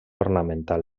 ornamental